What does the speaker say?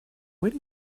where